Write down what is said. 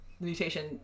mutation